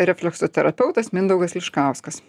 refleksoterapeutas mindaugas liškauskas